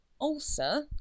ulcer